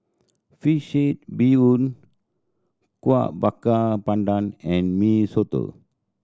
fish head bee hoon Kuih Bakar Pandan and Mee Soto